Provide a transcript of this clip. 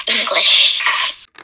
English